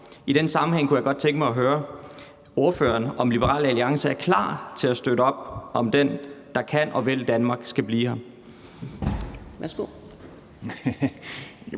I den sammenhæng kunne jeg godt tænke mig at høre ordføreren, om Liberal Alliance er klar til at støtte op om, at den, der kan og vil Danmark, skal blive her.